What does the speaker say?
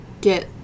get